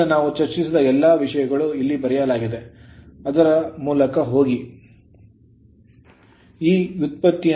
ಈಗ ನಾವು ಚರ್ಚಿಸಿದ ಎಲ್ಲಾ ವಿಷಯಗಳು ಇಲ್ಲಿ ಬರೆಯಲಾಗಿದೆ ಅದರ ಮೂಲಕ ಹೋಗಿ